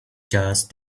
just